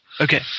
Okay